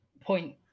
point